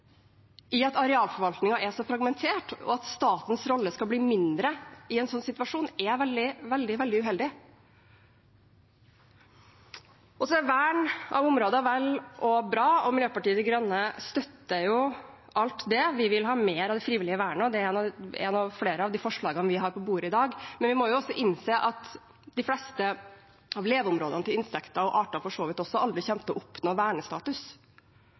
i at arealforvaltningen er så fragmentert. At statens rolle skal bli mindre i en sånn situasjon, er veldig, veldig uheldig. Vern av områder er vel og bra, og Miljøpartiet De Grønne støtter alt det – vi vil ha mer av det frivillige vernet, og det er ett av flere forslag vi har på bordet i dag – men vi må også innse at de fleste av leveområdene til insekter og for så vidt også andre arter aldri kommer til å oppnå vernestatus.